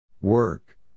Work